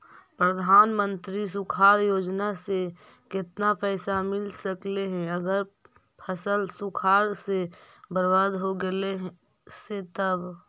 प्रधानमंत्री सुखाड़ योजना से केतना पैसा मिल सकले हे अगर फसल सुखाड़ से बर्बाद हो गेले से तब?